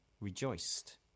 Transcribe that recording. rejoiced